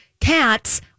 Cats